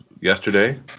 yesterday